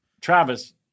Travis